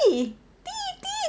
弟弟